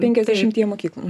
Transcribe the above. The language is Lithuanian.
penkiasdešimtyje mokyklų